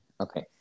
okay